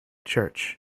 church